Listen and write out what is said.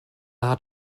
hat